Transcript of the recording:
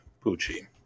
pucci